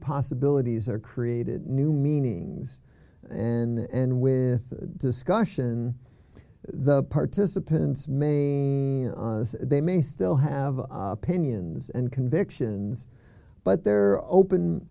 possibilities are created new meanings and with discussion the participants may say they may still have opinions and convictions but they're open